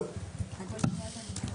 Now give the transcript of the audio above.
אוקיי.